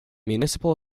municipal